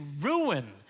ruin